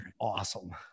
awesome